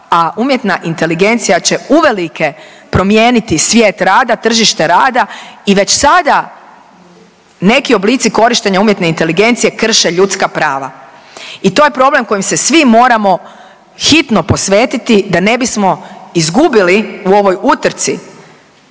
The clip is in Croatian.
a umjetna inteligencija će uvelike promijeniti svijet rada, tržište rada i već sada neki oblici korištenja umjetne inteligencije krše ljudska prava i to je problem kojem se svim moramo hitno posvetiti da ne bismo izgubili u ovoj utrci